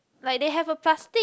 like they have a plastic